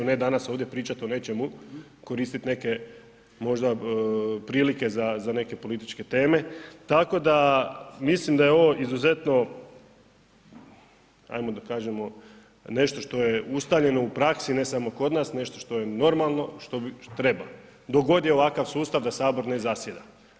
A ne danas ovdje pričat o nečemu, koristiti neke možda prilike za neke političke teme, tako da mislim da je ovo izuzetno ajmo da kažemo nešto što je ustaljeno u praksi, ne samo kod nas, nešto što je normalno, što treba dok god je ovakav sustav da Sabor ne zasjeda.